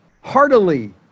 heartily